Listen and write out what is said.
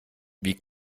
wie